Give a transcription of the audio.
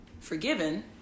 forgiven